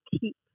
keep